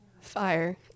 Fire